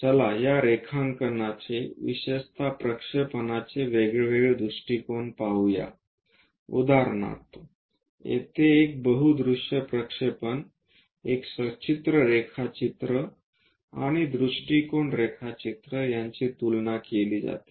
चला या रेखांकनाचे विशेषत प्रक्षेपणचेवेगवेगळे दृष्टिकोन पाहू या उदाहरणार्थ येथे एक बहु दृश्य प्रक्षेपण एक सचित्र रेखाचित्र आणि दृष्टीकोन रेखाचित्र यांची तुलना केली जाते